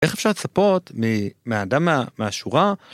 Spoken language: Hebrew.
איך אפשר לצפות מאדם מהשורה?